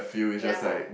ya